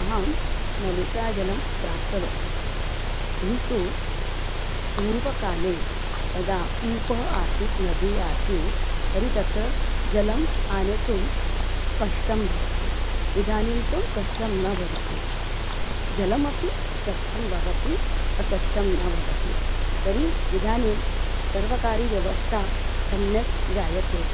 अहं नलिकाजलं प्राप्तवती किन्तु पूर्वकाले यदा कूपः आसीत् नदी आसीत् तर्हि तत्र जलम् आनेतुं कष्टं भवति इदानीं तु कष्टं न भवति जलमपि स्वच्छं भवति अस्वच्छं न भवति तर्हि इदानीं सर्वकारीया व्यवस्था सम्यक् जायते